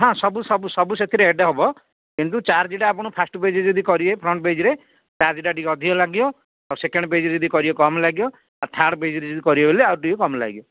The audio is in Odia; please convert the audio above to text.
ହଁ ସବୁ ସବୁ ସବୁ ସେଥିରେ ରେଟ୍ ହେବ କିନ୍ତୁ ଚାର୍ଜଟା ଆପଣ ଫାଷ୍ଟ ପେଜ୍ରେ ଯଦି କରିବେ ଫ୍ରଣ୍ଟ ପେଜ୍ରେ ଚାର୍ଜ୍ଟା ଟିକେ ଅଧିକ ଲାଗିବ ଆଉ ସେକେଣ୍ଡ ପେଜ୍ରେ ଯଦି କରିବେ କମ୍ ଲାଗିବ ଆଉ ଥାର୍ଡ୍ ପେଜ୍ରେ ଯଦି କରିବେଲେ ଆଉ ଟିକେ କମ୍ ଲାଗିବ